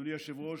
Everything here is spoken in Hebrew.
אדוני היושב-ראש,